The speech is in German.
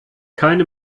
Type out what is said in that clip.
keine